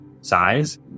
size